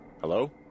hello